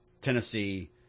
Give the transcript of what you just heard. tennessee